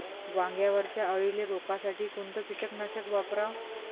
वांग्यावरच्या अळीले रोकासाठी कोनतं कीटकनाशक वापराव?